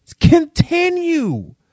continue